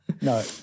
No